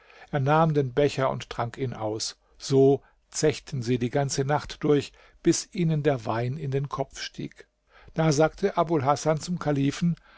er nahm den becher und trank ihn aus so zechten sie die ganze nacht durch bis ihnen der wein in den kopf stieg da sagte abul hasan zum kalifen